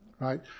right